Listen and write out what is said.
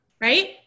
right